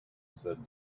said